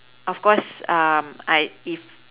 of course uh I if